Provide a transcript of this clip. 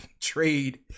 trade